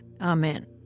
Amen